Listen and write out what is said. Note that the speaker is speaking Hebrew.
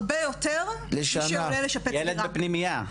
הרבה יותר משעולה לשפץ דירה.